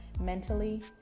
mentally